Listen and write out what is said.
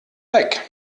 weg